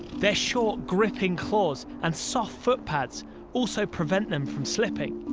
their short, gripping claws and soft footpads also prevent them from slipping.